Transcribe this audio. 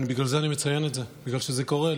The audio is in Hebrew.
בגלל זה אני מציין את זה, בגלל שזה קורה.